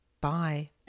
Bye